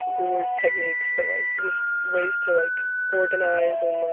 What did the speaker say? the word's techniques, but like just ways to like organize and like